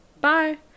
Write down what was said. bye